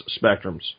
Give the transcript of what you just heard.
spectrums